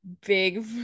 big